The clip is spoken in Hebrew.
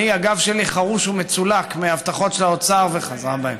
הגב שלי חרוש ומצולק מהבטחות של האוצר וחזרה מהן,